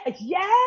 Yes